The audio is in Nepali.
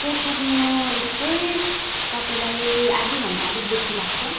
त्यहाँ पुग्न यस्तै तपाईँलाई आधी घन्टा अलिक बेसी लाग्छ